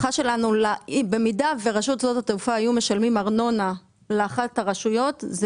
במידה ורשות שדות התעופה הייתה משלמת ארנונה לאחת הרשויות,